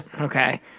Okay